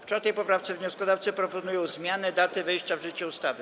W 4. poprawce wnioskodawcy proponują zmianę daty wejścia w życie ustawy.